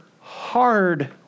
hard